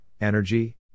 energy